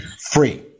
free